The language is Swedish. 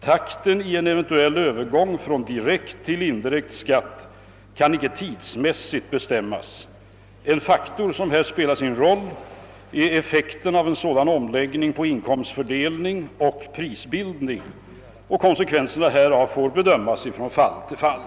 Takten i en eventuell övergång från direkt till indirekt skatt kan inte tidsmässigt bestämmas. En faktor som här spelar sin roll är effekten av en sådan omläggning på inkomstfördelning och prisbildning. Konsekvenserna härav får bedömas från fall till fall.